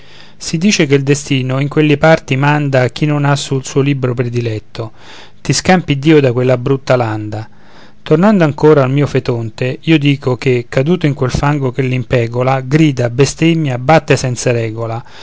si dice che il destino in quelle parti manda chi non ha sul suo libro prediletto ti scampi iddio da quella brutta landa tornando ancora al mio fetonte io dico che caduto in quel fango che l'impegola grida bestemmia batte senza regola